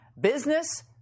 business